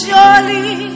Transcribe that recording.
Surely